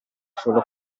solo